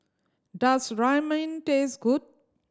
does Ramyeon taste good